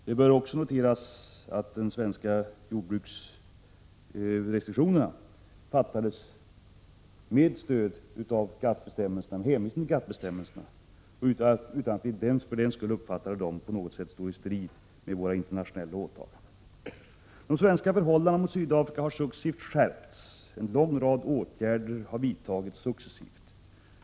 Det bör också noteras att de svenska importrestriktionerna mot frukt och jordbruksprodukter infördes med hänvisning till GATT-bestämmelserna och utan att någon av oss då uppfattade att dessa restriktioner stod i strid med våra internationella åtaganden. De svenska åtgärderna mot Sydafrika har successivt skärpts. En lång rad åtgärder har successivt vidtagits.